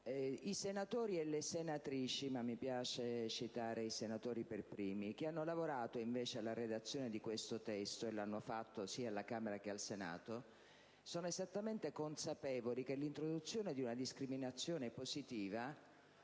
I senatori e le senatrici, ma mi piace citare i senatori per primi, che hanno lavorato invece alla redazione di questo testo - e l'hanno fatto sia alla Camera che al Senato - sono consapevoli che l'introduzione di una discriminazione positiva,